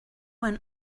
when